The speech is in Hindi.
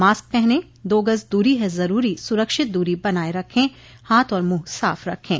मास्क पहनें दो गज़ दूरी है ज़रूरी सुरक्षित दूरी बनाए रखें हाथ और मुंह साफ़ रखें